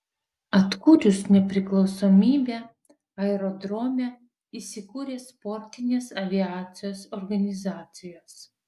atkūrus nepriklausomybę aerodrome įsikūrė sportinės aviacijos organizacijos